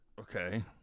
Okay